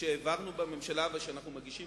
שהעברנו בממשלה ואנחנו מגישים